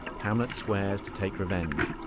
hamlet swears to take revenge.